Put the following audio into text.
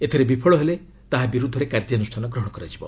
ଏଥିରେ ବିଫଳ ହେଲେ ତା' ବିରୁଦ୍ଧରେ କାର୍ଯ୍ୟାନୁଷ୍ଠାନ ଗ୍ରହଣ କରାଯିବ